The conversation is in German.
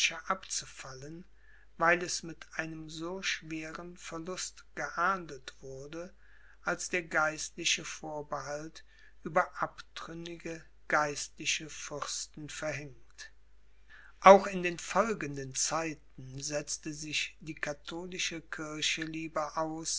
abzufallen weil es mit einem so schweren verluste geahndet wurde als der geistliche vorbehalt über abtrünnige geistliche fürsten verhängt auch in den folgenden zeiten setzte sich die katholische kirche lieber aus